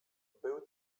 był